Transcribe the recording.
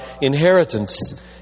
inheritance